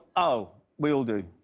oh, we all do.